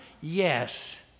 Yes